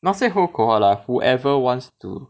not say whole cohort lah whoever wants to